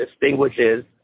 distinguishes